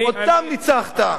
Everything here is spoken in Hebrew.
אותם ניצחת.